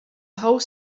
whole